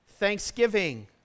Thanksgiving